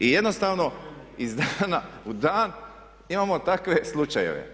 I jednostavno iz dana u dan imamo takve slučajeve.